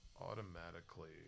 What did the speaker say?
automatically